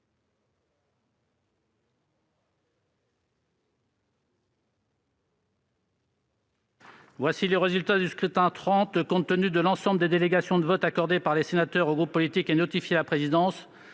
le résultat du scrutin. Voici, compte tenu de l'ensemble des délégations de vote accordées par les sénateurs aux groupes politiques et notifiées à la présidence,